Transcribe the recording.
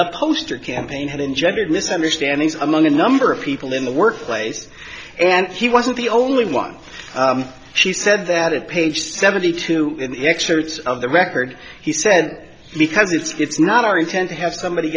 the poster campaign had engendered misunderstandings among a number of people in the workplace and he wasn't the only one she said that at page seventy two in excerpts of the record he said because it's not our intent to have somebody